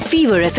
Fever